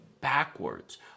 backwards